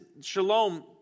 shalom